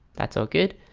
that's all good.